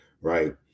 right